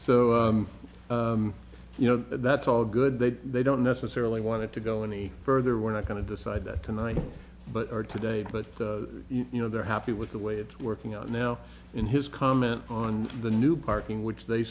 so you know that's all good they they don't necessarily want to go any further we're not going to decide that tonight but are today but you know they're happy with the way it's working out now in his comment on the new parking which they